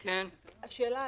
השאלה,